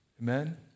Amen